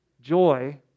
Joy